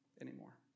anymore